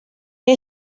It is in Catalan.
que